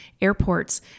airports